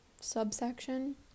subsection